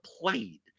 played